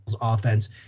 offense